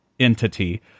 entity